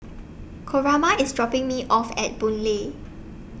Coraima IS dropping Me off At Boon Lay